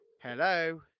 Hello